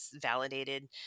validated